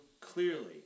Clearly